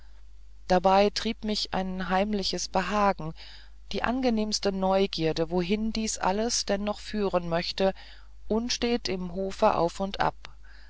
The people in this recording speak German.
dabei trieb mich ein heimliches behagen die angenehmste neugierde wohin dies alles denn noch führen möchte unstet im hofe auf und ab